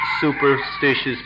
superstitious